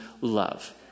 love